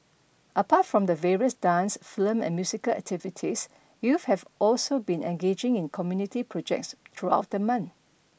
apart from the various dance film and musical activities youths have also be engaging in community projects throughout the month